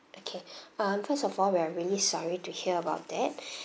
okay um first of all we are really sorry to hear about that